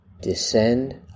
descend